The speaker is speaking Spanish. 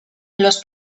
los